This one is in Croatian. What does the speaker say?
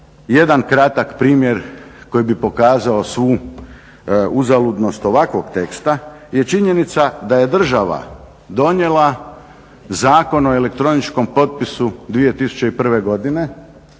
jedan kratak primjer koji bi pokazao svu uzaludnost ovakvog teksta je činjenica da je država donijela zakon o elektroničkom potpisu 2001. godine,